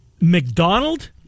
McDonald